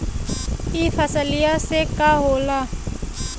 ई फसलिया से का होला?